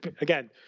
again